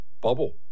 bubble